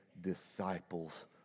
disciples